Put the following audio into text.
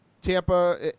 Tampa